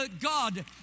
God